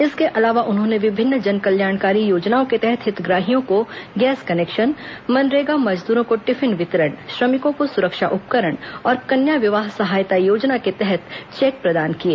इसके अलावा उन्होंने विभिन्न जनकल्याणकारी योजनाओं के तहत हितग्राहियों को गैस कनेक्शन मनरेगा मजदूरों को टिफिन वितरण श्रमिकों को सुरक्षा उपकरण तथा कन्या विवाह सहायता योजना के तहत चेक प्रदान किए